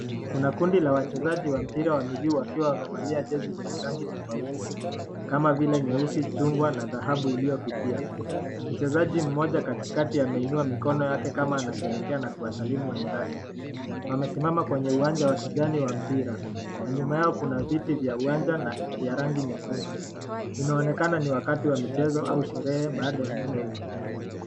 Kuna kundi la wachezaji wa mpira wa miguu wakiwa wamevalia jezi zenye rangi tofauti, kama vile nyeusi, chungwa na dhahabu iliyofifia. Mchezaji mmoja katikati ameinua mikono yake kama anasherehekea na kuwasalimu wenzake. Wamesimama kwenye uwanja wa kijani wa mpira. Nyuma yao kuna viti vya uwanja vya rangi nyekundu. Inaonekana ni wakati wa michezo au sherehe baada ya michezo.